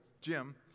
Jim